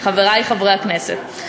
חברי חברי הכנסת,